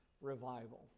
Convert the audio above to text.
revival